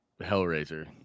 Hellraiser